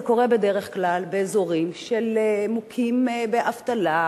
זה קורה בדרך כלל באזורים מוכים באבטלה,